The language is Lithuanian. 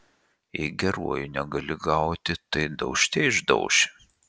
jei geruoju negali gauti tai daužte išdauši